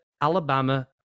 Alabama